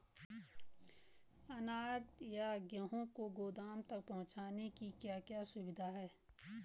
अनाज या गेहूँ को गोदाम तक पहुंचाने की क्या क्या सुविधा है?